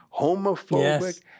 homophobic